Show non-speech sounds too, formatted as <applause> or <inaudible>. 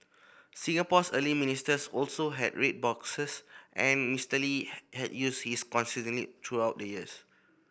Singapore's early ministers also had red boxes and Mister Lee <unintelligible> had used his consistently through out the years